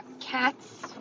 cats